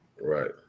right